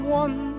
one